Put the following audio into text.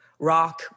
rock